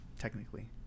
Technically